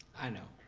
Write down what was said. i know,